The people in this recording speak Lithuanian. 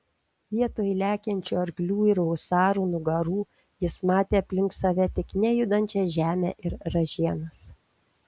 vietoj lekiančių arklių ir husarų nugarų jis matė aplink save tik nejudančią žemę ir ražienas